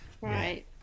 right